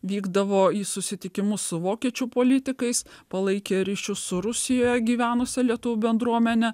vykdavo į susitikimus su vokiečių politikais palaikė ryšius su rusijoje gyvenusia lietuvių bendruomene